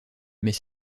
mais